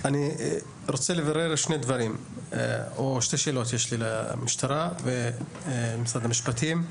יש לי שתי שאלות למשטרה ולמשרד המשפטים.